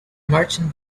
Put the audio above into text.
marching